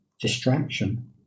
distraction